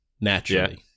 naturally